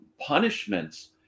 punishments